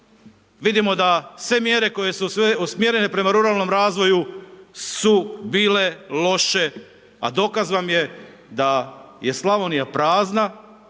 vidimo da sve mjere koje su sve usmjerene prema ruralnom razvoju su bile loše, a dokaz vam je da je Slavonija prazna,